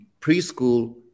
preschool